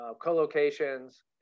co-locations